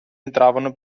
entravano